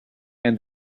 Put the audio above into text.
and